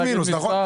פלוס מינוס, נכון?